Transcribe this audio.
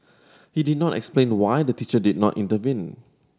he did not explain why the teacher did not intervene